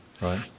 Right